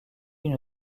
une